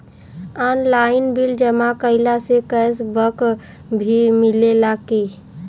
Online bill जमा कईला से कैश बक भी मिलेला की?